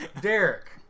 Derek